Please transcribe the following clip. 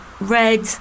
Red